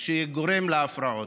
שגורם להפרעות.